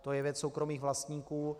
To je věc soukromých vlastníků.